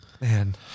man